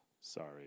Sorry